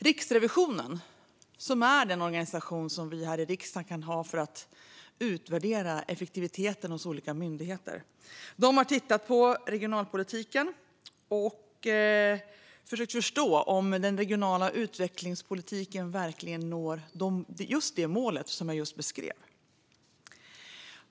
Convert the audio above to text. Riksrevisionen, som är den organisation som vi här i riksdagen har för att utvärdera effektiviteten hos olika myndigheter, har tittat på regionalpolitiken och försökt att förstå om den regionala utvecklingspolitiken verkligen når det mål som jag just beskrev.